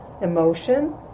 emotion